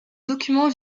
document